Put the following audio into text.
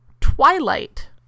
Twilight